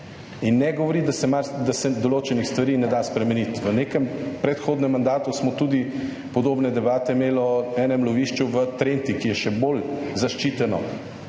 da se Mars se določenih stvari ne da spremeniti. V nekem predhodnem mandatu smo tudi podobne debate imeli o enem Lovišču v Trenti, ki je še bolj zaščiteno,